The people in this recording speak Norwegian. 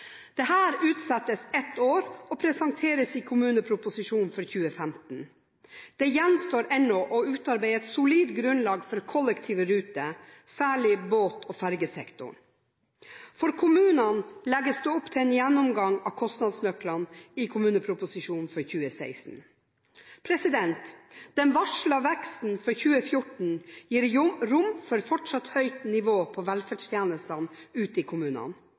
men her har fylkeskommunene startet bra. Det har tidligere vært meldt at kostnadsnøklene for fylkeskommunene skulle revideres i 2014. Dette utsettes ett år, og presenteres i kommuneproposisjonen for 2015. Det gjenstår ennå å utarbeide et solid grunnlag for kollektive ruter, særlig båt- og fergesektoren. For kommunene legges det opp til en gjennomgang av kostnadsnøklene i kommuneproposisjonen for 2016. Den varslede veksten for 2014 gir rom for fortsatt høyt